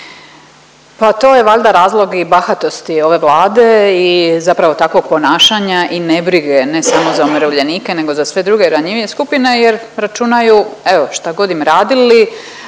Pa to je valjda razlog i bahatosti ove Vlade i zapravo takvog ponašanja i nebrige ne samo za umirovljenike nego za sve druge ranjivije skupine jer računaju evo šta god im radili,